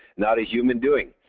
not a human doing.